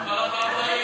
השרה.